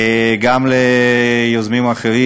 גם ליוזמים האחרים,